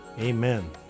Amen